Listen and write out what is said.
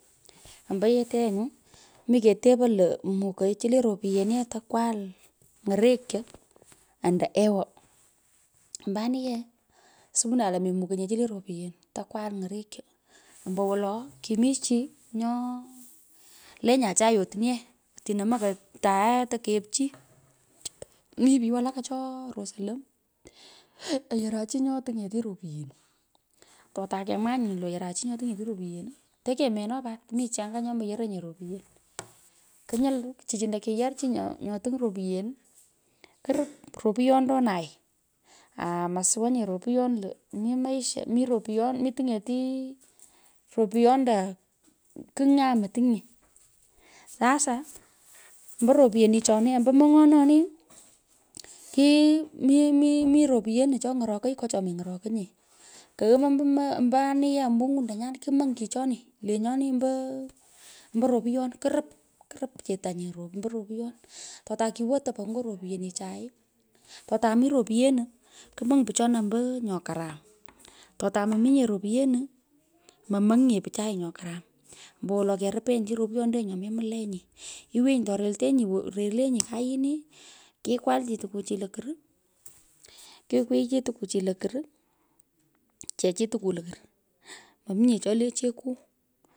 Ombo yetee yee no, mi ketepoi lo mukoi cho le ropyen yee tukwal ny’orekyo ando ewo omba ani yee suwinan to memukonye chu le ropyen to kwal ny’orekyo ombowolo. kimii chi nyoo, lenye acha yotin yee atino mokoi atap tekep chi, mi pich walaka che rosoy lo ayaran chi nyo tiny’eti ropyen totakemwaghani lo cyoran chi nyo tiny’eti ropyen, teyemeona pat mi chi anga nyo moyoronye ropyen. Konyil, chichino kiyur chi nyo ting ropyen, korup repyondonai amo sawa nye lo mi maisha. Mi topya tunyeri, ropyonde kigh nya moriny nye. Sasa ombo ropyechichoni, ombo mony’ononi kegh, mi. mi ropyenu che nyorokoi nyo chomeny’orokoi nye, koomoi yee ombo ny’undonyan kumony chicheni, lenyoni embo ropyon, kurup kurup chitanyi ombo ropyon. Totukiwo topo nyo rapyenichai totumi ropyeno kumany pichona ombo nyo karam, taramominye ropyenu momong nye pichai nyo karam, ombowolo kerupenyi chi ropyordenyi nyo mi mlenyi, iwenyi torelteniyi woni. relenyi koyini, kikwal chechi tukuu lokur. mominye che le chekuu.